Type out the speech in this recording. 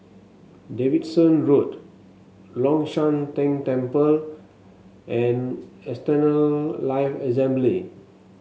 Davidson Road Long Shan Tang Temple and Eternal Life Assembly